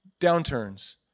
downturns